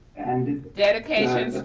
and dedications.